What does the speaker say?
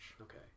Okay